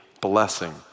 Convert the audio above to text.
blessing